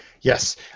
Yes